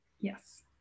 Yes